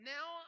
Now